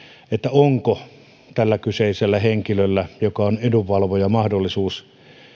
onko tällä kyseisellä henkilöllä joka on edunvalvoja mahdollisuus